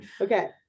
okay